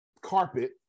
carpet